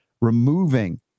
removing